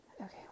Okay